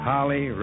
Holly